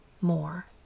more